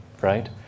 right